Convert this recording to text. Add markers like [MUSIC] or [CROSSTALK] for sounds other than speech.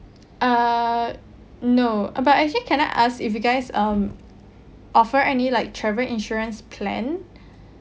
uh no uh but actually can I ask if you guys um offer any like travel insurance plan [BREATH]